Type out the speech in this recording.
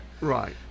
Right